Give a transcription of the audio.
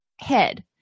Head